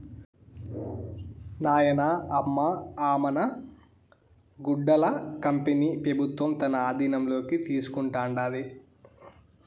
నాయనా, అమ్మ అ మన గుడ్డల కంపెనీ పెబుత్వం తన ఆధీనంలోకి తీసుకుంటాండాది